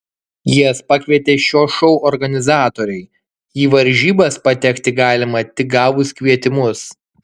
jas pakvietė šio šou organizatoriai į varžybas patekti galima tik gavus kvietimus